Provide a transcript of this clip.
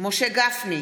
משה גפני,